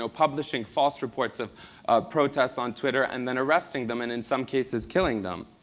ah publishing false reports of protests on twitter, and then arresting them and in some cases, killing them.